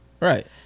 right